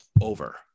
over